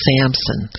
Samson